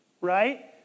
right